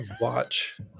watch